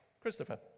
Christopher